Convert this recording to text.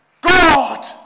God